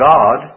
God